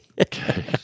Okay